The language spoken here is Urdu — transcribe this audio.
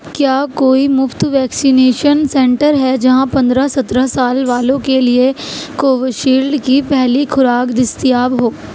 کیا کوئی مفت ویکسینیشن سینٹر ہے جہاں پندرہ سترہ سال والوں کے لیے کووی شیلڈ کی پہلی خوراک دستیاب ہو